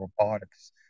robotics